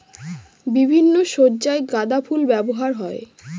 বিভিন্ন সজ্জায় গাঁদা ফুল ব্যবহার হয়